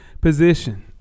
position